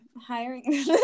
hiring